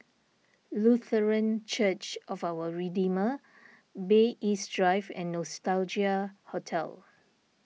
Lutheran Church of Our Redeemer Bay East Drive and Nostalgia Hotel